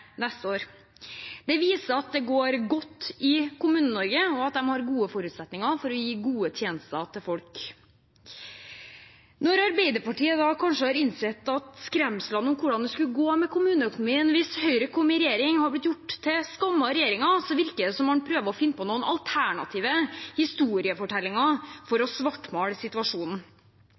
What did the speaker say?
neste år. Det viser at det går godt i Kommune-Norge, og at de har gode forutsetninger for å gi gode tjenester til folk. Når Arbeiderpartiet kanskje har innsett at skremslene om hvordan det skulle gå med kommuneøkonomien hvis Høyre kom i regjering, er blitt gjort til skamme av regjeringen, virker det som om de prøver å finne på noen alternative historiefortellinger for å svartmale situasjonen.